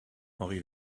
henri